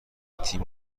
تیم